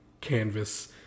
canvas